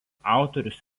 autorius